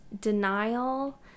denial